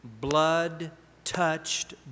blood-touched